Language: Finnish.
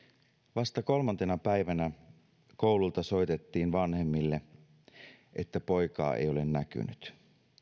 vasta kolmantena päivänä koululta soitettiin vanhemmille että poikaa ei ole näkynyt